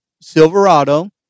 Silverado